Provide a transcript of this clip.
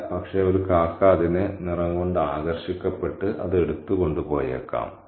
ഇല്ല പക്ഷേ ഒരു കാക്ക അതിനെ നിറം കൊണ്ട് ആകർഷിക്കപ്പെട്ട് അത് എടുത്തു കൊണ്ട് പോയേക്കാം